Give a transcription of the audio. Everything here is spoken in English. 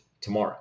tomorrow